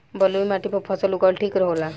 बलुई माटी पर फसल उगावल ठीक होला?